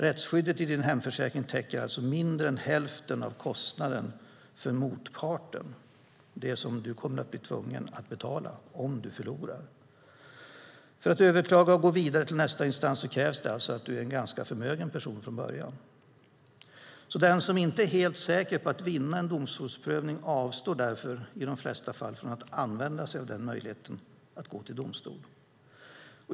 Rättsskyddet i din hemförsäkring täcker alltså mindre än hälften av kostnaden för motparten, som du kommer att bli tvungen att betala om du förlorar. För att överklaga och gå vidare till nästa instans krävs alltså att du är en ganska förmögen person från början. Den som inte är helt säker på att vinna en domstolsprövning avstår därför i de flesta fall från att använda möjligheten att gå till domstol.